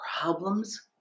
problems